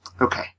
Okay